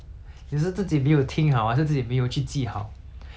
then 你再问多一次人家就觉得烦 liao mah 所以 hor